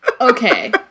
Okay